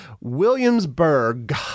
Williamsburg